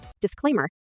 Disclaimer